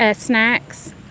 ah snacks.